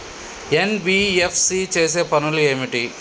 NBFC చేసే పనులు ఏమిటి?